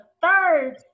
third